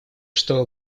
что